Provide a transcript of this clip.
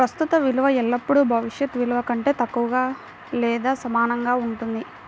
ప్రస్తుత విలువ ఎల్లప్పుడూ భవిష్యత్ విలువ కంటే తక్కువగా లేదా సమానంగా ఉంటుంది